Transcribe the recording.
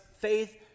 faith